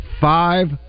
five